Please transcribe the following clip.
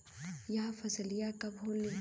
यह फसलिया कब होले?